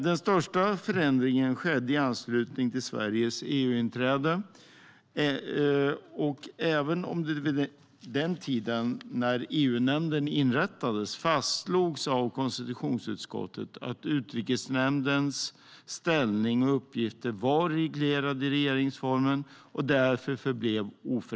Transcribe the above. Den största förändringen skedde i anslutning till Sveriges EU-inträde, även om det vid den tid då EU-nämnden inrättades fastslogs av konstitutionsutskottet att Utrikesnämndens ställning och uppgifter var reglerade i regeringsformen och därför förblev oförändrade.